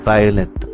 Violent